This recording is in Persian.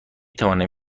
توانم